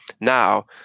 Now